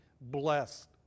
blessed